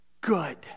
Good